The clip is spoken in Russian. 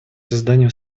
созданию